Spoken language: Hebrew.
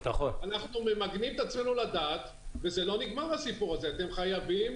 אנחנו ממגנים את עצמנו לדעת, והסיפור הזה לא נגמר.